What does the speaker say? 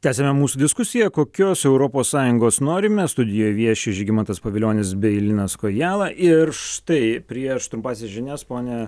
tęsiame mūsų diskusiją kokios europos sąjungos norime studijoj vieši žygimantas pavilionis bei linas kojala ir štai prieš trumpąsias žinias pone